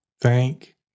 Thank